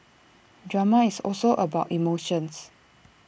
drama is also about emotions